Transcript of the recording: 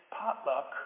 potluck